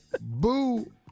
Boo